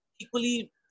equally